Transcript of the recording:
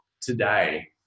today